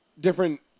different